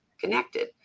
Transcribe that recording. connected